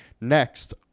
Next